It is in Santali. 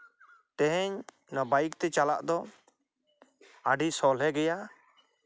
ᱛᱮᱦᱮᱧ ᱱᱚᱣᱟ ᱵᱟᱭᱤᱠ ᱛᱮ ᱪᱟᱞᱟᱜ ᱫᱚ ᱟᱹᱰᱤ ᱥᱚᱦᱞᱮ ᱜᱮᱭᱟ